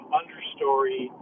understory